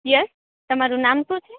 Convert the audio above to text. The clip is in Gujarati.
યસ તમારું નામ શું છે